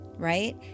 right